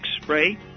spray